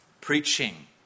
preaching